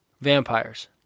Vampires